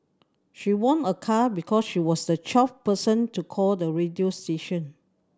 she won a car because she was the twelfth person to call the radio station